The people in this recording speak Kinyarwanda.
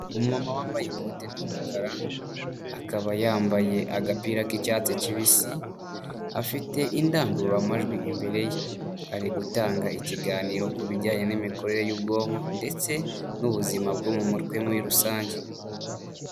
Umumama wambaye ikote ry'umukara, akaba yambaye agapira k'icyatsi kibisi, afite indangururamajwi imbere ye. Ari gutanga ikiganiro ku bijyanye n'imikorere y'ubwonko ndetse n'ubuzima bwo mu mutwe muri rusange.